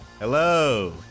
Hello